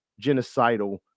genocidal